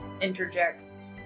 interjects